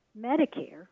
Medicare